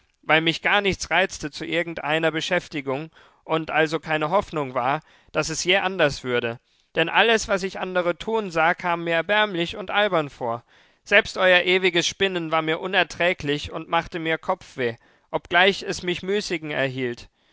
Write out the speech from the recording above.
weil mich gar nichts reizte zu irgendeiner beschäftigung und also keine hoffnung war daß es je anders würde denn alles was ich andere tun sah kam mir erbärmlich und albern vor selbst euer ewiges spinnen war mir unerträglich und machte mir kopfweh obgleich es mich müßigen erhielt